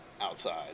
outside